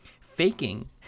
faking